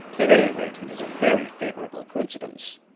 at any rate it is a very favorable coincidence.